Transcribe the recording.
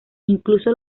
incluso